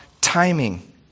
timing